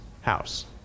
house